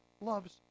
loves